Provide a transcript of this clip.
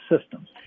systems